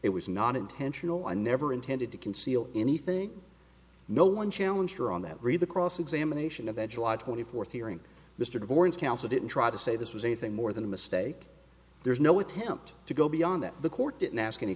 it was not intentional i never intended to conceal anything no one challenger on that read the cross examination of the july twenty fourth hearing mr horn's counsel didn't try to say this was anything more than a mistake there's no attempt to go beyond that the court didn't ask any